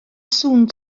sŵn